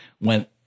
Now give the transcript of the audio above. went